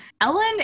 Ellen